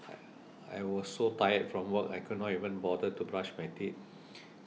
I was so tired from work I could not even bother to brush my teeth